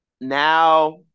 now